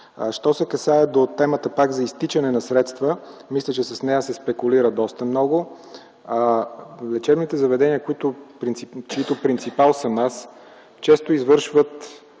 Що се касае за темата за изтичане на средства, мисля, че с нея се спекулира доста много. Лечебните заведения, чийто принципал съм аз, често извършват